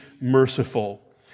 merciful